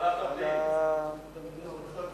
ועדת הפנים.